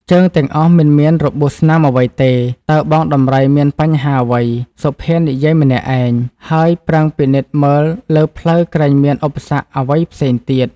ជើងទាំងអស់មិនមានរបួសស្នាមអ្វីទេ តើបងដំរីមានបញ្ហាអ្វី? សុភានិយាយម្នាក់ឯង ហើយប្រឹងពិនិត្យមើលលើផ្លូវក្រែងមានឧបសគ្គអ្វីផ្សេងទៀត។